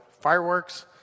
fireworks